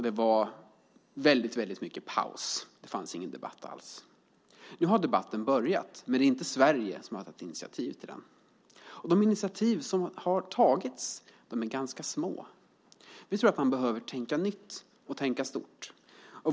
Det var väldigt mycket paus - det fanns ingen debatt alls. Nu har debatten börjat, men det är inte Sverige som har tagit initiativ till den. Och de initiativ som har tagits är ganska små. Vi tror att man behöver tänka nytt och tänka stort.